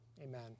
Amen